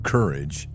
Courage